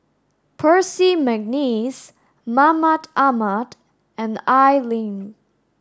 Percy McNeice Mahmud Ahmad and Al Lim